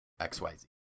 XYZ